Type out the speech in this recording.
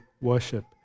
worship